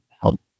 help